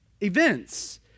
events